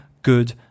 good